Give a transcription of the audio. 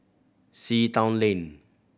Sea Town Lane